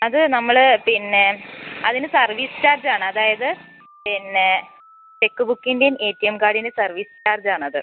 അത് നമ്മൾ പിന്നെ അതിന് സർവ്വീസ് ചാർജ് ആണ് അതായത് പിന്നെ ചെക്ക് ബുക്കിൻ്റെയും എ ടി എം കാർഡിൻ്റെയും സർവ്വീസ് ചാർജാണത്